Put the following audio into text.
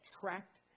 tracked